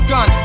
Gun